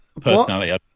personality